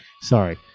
Sorry